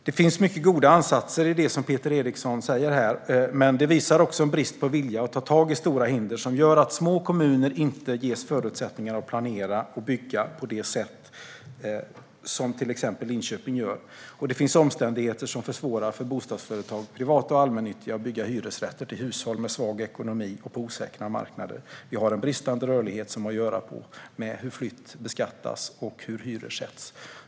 Det finns många goda ansatser i det som Peter Eriksson säger här, men det visar också en brist på vilja att ta tag i stora hinder som gör att små kommuner inte ges förutsättningar att planera och bygga på det sätt som till exempel Linköping gör. Det finns omständigheter som försvårar för bostadsföretag, privata och allmännyttiga, att bygga hyresrätter till hushåll med svag ekonomi på osäkra marknader. Vi har en bristande rörlighet som har att göra med hur flyttning beskattas och hur hyror sätts.